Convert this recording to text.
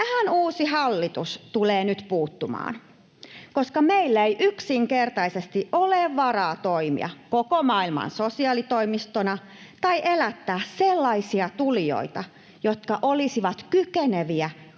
Tähän uusi hallitus tulee nyt puuttumaan, koska meillä ei yksinkertaisesti ole varaa toimia koko maailman sosiaalitoimistona tai elättää sellaisia tulijoita, jotka olisivat kykeneviä